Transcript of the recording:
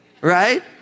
Right